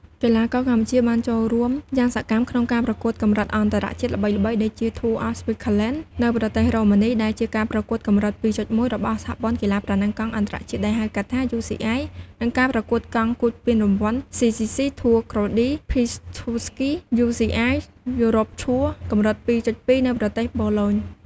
កីឡាករកម្ពុជាបានចូលរួមយ៉ាងសកម្មក្នុងការប្រកួតកម្រិតអន្តរជាតិល្បីៗ ដូចជា Tour of Szeklerland នៅប្រទេសរូម៉ានី ដែលជាការប្រកួតកម្រិត ២.១ របស់សហព័ន្ធកីឡាប្រណាំងកង់អន្ដរជាតិ ដែលហៅកាត់ថា UCI និង ការប្រកួតកង់គួកពានរង្វាន់ CCC Tour Grody Piastowskie UCI Europe Tour កម្រិត ២.២ នៅប្រទេសប៉ូឡូញ ។